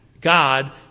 God